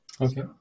Okay